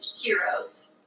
Heroes